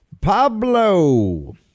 Pablo